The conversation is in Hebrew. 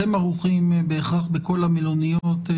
אתם ערוכים בהכרח בכל המלוניות.